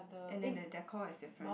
and then the decor is different